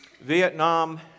Vietnam